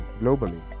globally